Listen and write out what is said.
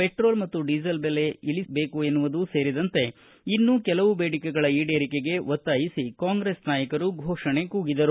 petrol ಮತ್ತು diesel ಬೆಲೆ ಇಳಿಸಬೇಕು ಎನ್ನುವುದು ಸೇರಿದಂತೆ ಇನ್ನೂ ಕೆಲವು ಬೇಡಿಕೆಗಳ ಈಡೇರಿಕೆಗೆ ಒತ್ತಾಯಿಸಿ ಕಾಂಗ್ರೆಸ್ ನಾಯಕರು ಘೋಷಣೆ ಕೂಗಿದರು